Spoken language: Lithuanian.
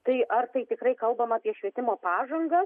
tai ar tai tikrai kalbame apie švietimo pažangą